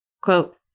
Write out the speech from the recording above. quote